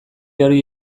hori